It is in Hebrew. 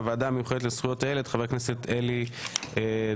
ולוועדה המיוחדת לזכויות הילד - חבר הכנסת אלי דלל.